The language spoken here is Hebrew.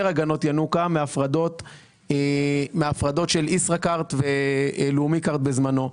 הגנות ינוקא מההפרדות של ישראכרט ולאומי כארד בזמנו.